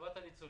לטובת הניצולים.